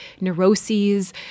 neuroses